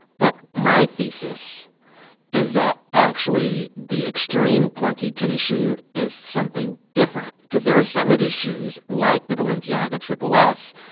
but my thesis is that, actually, the extreme clunky tennis shoe is something different because there are some of these shoes, like the balenciaga triple s,